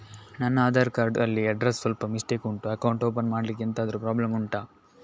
ನನ್ನ ಆಧಾರ್ ಕಾರ್ಡ್ ಅಲ್ಲಿ ಅಡ್ರೆಸ್ ಸ್ವಲ್ಪ ಮಿಸ್ಟೇಕ್ ಉಂಟು ಅಕೌಂಟ್ ಓಪನ್ ಮಾಡ್ಲಿಕ್ಕೆ ಎಂತಾದ್ರು ಪ್ರಾಬ್ಲಮ್ ಉಂಟಾ